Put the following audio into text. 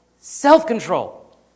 self-control